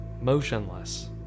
motionless